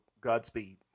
Godspeed